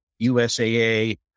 USAA